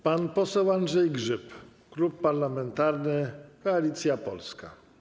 Pan poseł Andrzej Grzyb, Klub Parlamentarny Koalicja Polska.